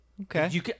Okay